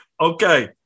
Okay